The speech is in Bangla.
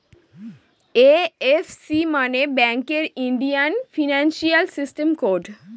এই.এফ.সি মানে ব্যাঙ্কের ইন্ডিয়ান ফিনান্সিয়াল সিস্টেম কোড